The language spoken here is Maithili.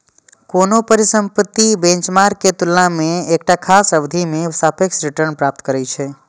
कोनो परिसंपत्ति बेंचमार्क के तुलना मे एकटा खास अवधि मे सापेक्ष रिटर्न प्राप्त करै छै